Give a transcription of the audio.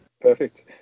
Perfect